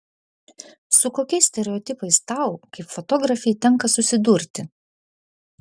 su kokiais stereotipais tau kaip fotografei tenka susidurti